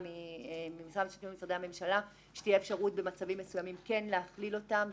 ממשרד המשפטים ומשרדי הממשלה שתהיה אפשרות במצבים מסוימים כן להכליל אותם.